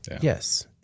Yes